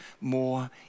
more